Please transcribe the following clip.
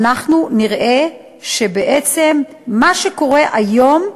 אנחנו נראה שבעצם מה שקורה היום,